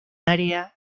área